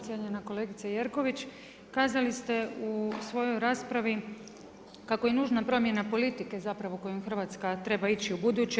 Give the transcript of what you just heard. Cijenjena kolegice Jerković, kazali ste u svojoj raspravi kako je nužna promjena politike zapravo kojom Hrvatska treba ići u buduće.